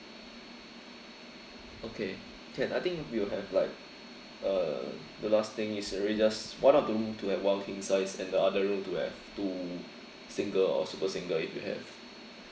okay can I think we will have like uh the last thing is already just one of the room to have one king size and the other room to have two single or super single if you have